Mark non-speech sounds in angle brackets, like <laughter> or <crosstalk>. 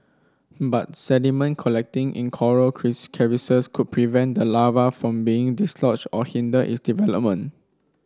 but sediment collecting in coral <unintelligible> could prevent the larva from being dislodged or hinder its development